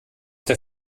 der